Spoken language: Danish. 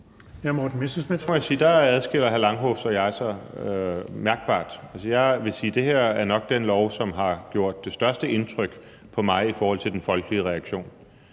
jeg adskiller os mærkbart fra hinanden. Jeg vil sige, at det her nok er den lov, som har gjort det største indtryk på mig i forhold til den folkelige reaktion